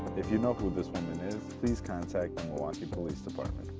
if you know who this woman is, please contact milwaukee police department.